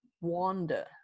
wander